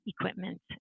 equipment